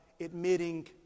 admitting